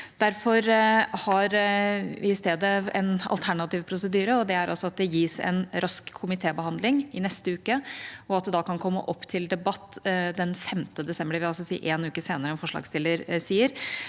Derfor har vi i stedet en alternativ prosedyre, og det er at forslaget gis en rask komitébehandling i neste uke, og at det da kan komme opp til debatt den 5. desember. Det vil altså si en uke senere enn forslagsstiller sier,